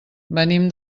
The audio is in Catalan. venim